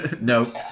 nope